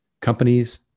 companies